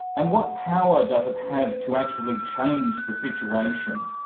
and what power does it have to actually change the situation,